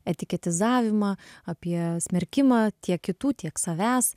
etiketizavimą apie smerkimą tiek kitų tiek savęs